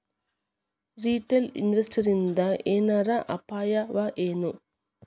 Retail ಇನ್ವೆಸ್ಟರ್ಸಿಂದಾ ಏನರ ಅಪಾಯವಎನು?